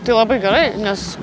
tai labai gerai nes